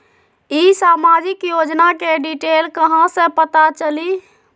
ई सामाजिक योजना के डिटेल कहा से पता चली?